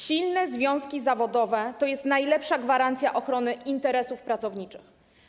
Silne związki zawodowe to jest najlepsza gwarancja ochrony interesów pracowniczych.